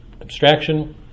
abstraction